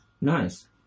Nice